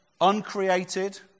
Uncreated